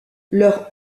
leur